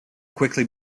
quickly